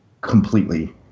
completely